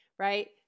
Right